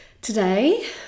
Today